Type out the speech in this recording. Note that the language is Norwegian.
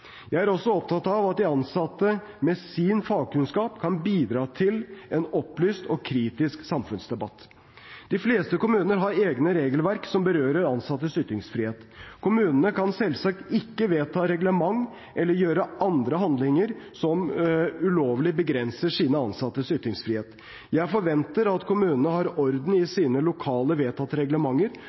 Jeg er også opptatt av at de ansatte med sin fagkunnskap kan bidra til en opplyst og kritisk samfunnsdebatt. De fleste kommuner har egne regelverk som berører ansattes ytringsfrihet. Kommunene kan selvsagt ikke vedta reglement eller gjøre andre handlinger som ulovlig begrenser sine ansattes ytringsfrihet. Jeg forventer at kommunene har orden i sine lokalt vedtatte reglementer,